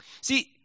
see